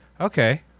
Okay